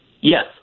Yes